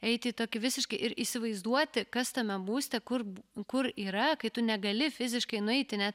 eiti į tokį visiškai ir įsivaizduoti kas tame būste kur kur yra kai tu negali fiziškai nueiti net